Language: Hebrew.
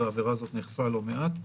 והעבירה הזאת נאכפה לא מעט.